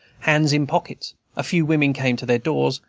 hands in pockets a few women came to their doors,